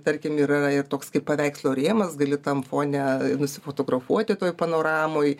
tarkim yra ir toks kaip paveikslo rėmas gali tam fone nusifotografuoti toj panoramoj